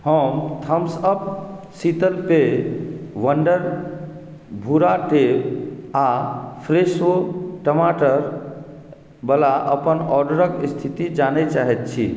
हम थम्सअप शीतल पेय वंडर भूरा टेप आ फ़्रेशो टमाटरबला अपन ऑर्डरके स्थिति जानै चाहैत छी